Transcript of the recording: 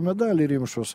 medalį rimšos